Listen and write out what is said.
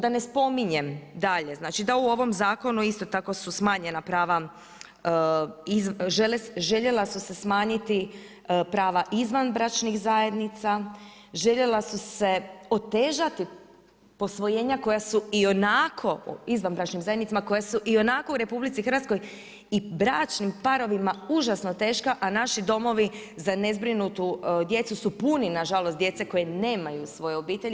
Da ne spominjem dalje, znači, da u ovom zakon, isto tako su smanjena prava, željela su se smanjiti prava izvanbračnih zajednica, željela su se otežati posvojenja koja su ionako, izvanbračnim zajednicama, koji su ionako u RH i bračnim parovima užasno teška, a naši domovi za nezbrinutu djecu su puni, nažalost djece koje nemaju svoje obitelji.